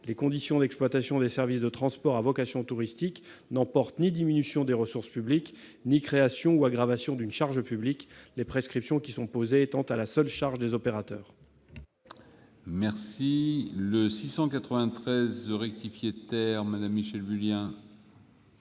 les conditions d'exploitation des services de transports à vocation touristique, n'emporte ni diminution des ressources publiques ni création ou aggravation d'une charge publique, les prescriptions qui sont posées étant à la seule charge des opérateurs.